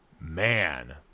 man